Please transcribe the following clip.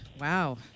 Wow